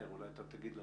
מאיר, אולי אתה תגיד לנו.